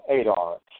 Adar